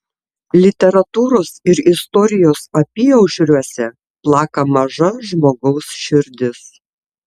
literatūros ir istorijos apyaušriuose plaka maža žmogaus širdis